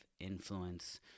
influence